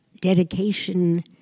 dedication